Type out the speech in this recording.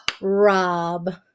Rob